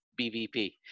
BVP